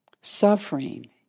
Suffering